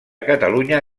catalunya